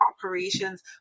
operations